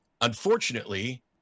Unfortunately